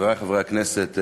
חברי חברי הכנסת,